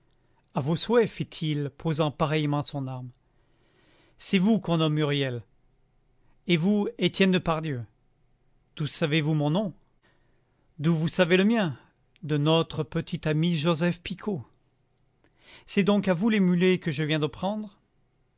à vos souhaits fit-il posant pareillement son arme c'est vous qu'on nomme huriel et vous etienne depardieu d'où savez-vous mon nom d'où vous savez le mien de notre petit ami joseph picot c'est donc à vous les mulets que je viens de prendre